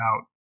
out